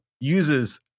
uses